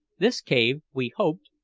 this cave, we hoped,